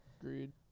Agreed